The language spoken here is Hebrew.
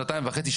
שנתיים וחצי,